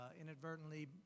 inadvertently